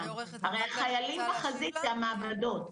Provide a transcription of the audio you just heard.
הרי החיילים בחזית זה המעבדות.